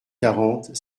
quarante